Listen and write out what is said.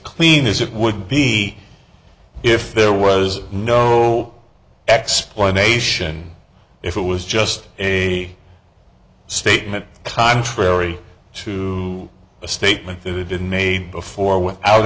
clean as it would be if there was no explanation if it was just a statement contrary to a statement that we did made before without